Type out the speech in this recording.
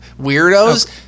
Weirdos